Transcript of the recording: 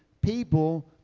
people